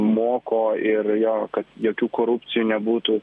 moko ir jo kad jokių korupcijų nebūtų